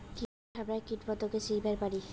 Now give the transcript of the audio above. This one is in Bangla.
কিভাবে হামরা কীটপতঙ্গ চিনিবার পারি?